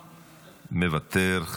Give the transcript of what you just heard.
מוותר,